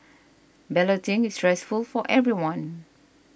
balloting is stressful for everyone